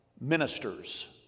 ministers